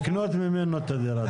לקנות ממנו את הדירה אתה אומר.